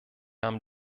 haben